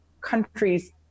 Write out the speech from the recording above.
countries